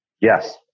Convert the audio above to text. Yes